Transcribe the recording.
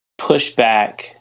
pushback